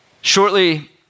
Shortly